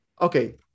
Okay